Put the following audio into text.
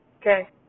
Okay